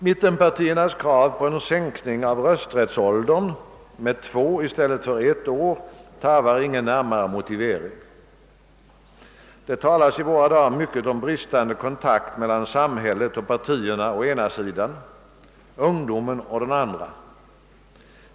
Mittenpartiernas krav på en sänkning av rösträttsåldern med två i stället för ett år tarvar ingen närmare motivering. Det talas i våra dagar mycket om bristande kontakt mellan samhället och partierna å ena sidan och ungdomen å den andra.